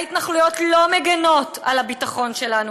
ההתנחלויות לא מגינות על הביטחון שלנו,